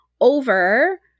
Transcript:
over –